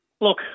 Look